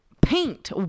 Paint